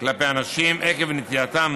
כלפי אנשים עקב נטייתם